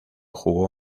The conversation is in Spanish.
jugó